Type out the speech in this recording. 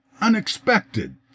unexpected